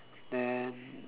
then